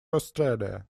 australia